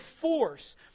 force